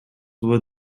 were